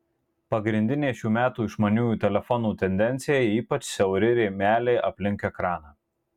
pagrindinė šių metų išmaniųjų telefonų tendencija ypač siauri rėmeliai aplink ekraną